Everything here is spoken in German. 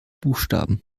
buchstaben